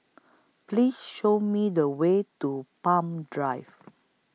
Please Show Me The Way to Palm Drive